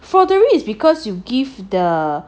forgery is because you give the